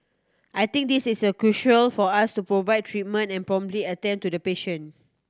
I think this is crucial for us to provide treatment and promptly attend to the patient